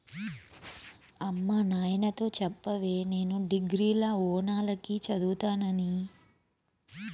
అమ్మ నాయనతో చెప్పవే నేను డిగ్రీల ఓనాల కి చదువుతానని